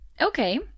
Okay